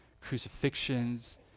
crucifixions